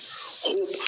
hope